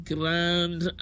Grand